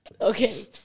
Okay